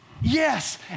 Yes